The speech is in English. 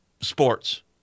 sports